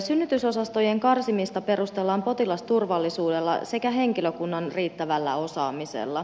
synnytysosastojen karsimista perustellaan potilasturvallisuudella sekä henkilökunnan riittävällä osaamisella